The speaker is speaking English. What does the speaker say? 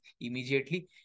immediately